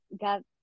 got